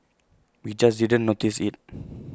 we just didn't notice IT